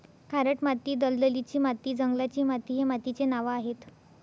खारट माती, दलदलीची माती, जंगलाची माती हे मातीचे नावं आहेत